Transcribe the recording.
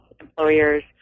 employers